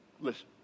Listen